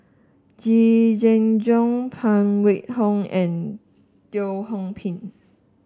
Yee Jenn Jong Phan Wait Hong and Teo Ho Pin